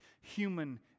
human